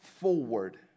forward